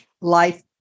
life